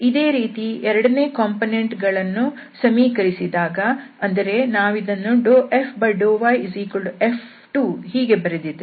ಇದೇ ರೀತಿ ಎರಡನೇ ಕಾಂಪೊನೆಂಟ್ ಗಳನ್ನು ಸಮೀಕರಿಸಿದಾಗ ಅಂದರೆ ನಾವಿದನ್ನು δfδyF2 ಹೀಗೆ ಬರೆದಿದ್ದೇವೆ